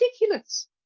ridiculous